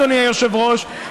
אדוני היושב-ראש,